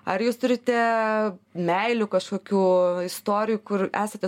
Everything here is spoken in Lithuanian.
ar jūs turite meilių kažkokių istorijų kur esate